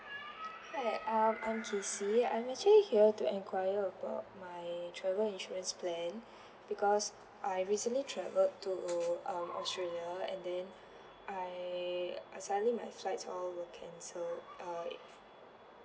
hi um I'm casey I'm actually here to enquire about my travel insurance plan because I recently travelled to um australia and then I suddenly my flights all were cancelled uh